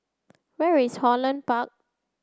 where is Holland Park